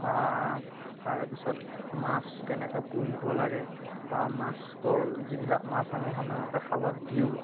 বা তাৰপিছত মাছ কেনেকৈ পোঁহিব লাগে বা মাছটোৰ যিবিলাক মাছ আমি সাধাৰণতে খালত দিওঁ